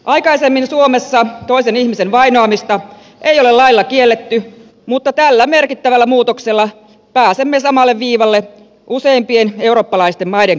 aikaisemmin suomessa toisen ihmisen vainoamista ei ole lailla kielletty mutta tällä merkittävällä muutoksella pääsemme samalle viivalle useimpien eurooppalaisten maiden kanssa